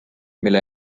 mille